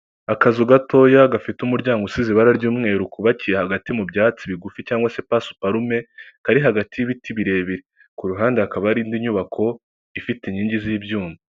Akazu gatoya gafite umuryango usize ibara ry'umweru kubabakiye hagati mu byatsi bigufi cyangwag se pasuparume, kari hagati y'ibiti birebire, ku ruhande hakaba hari n'indi nyubako ifite inkingi z'ibyuma.